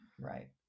right